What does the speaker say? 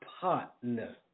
partner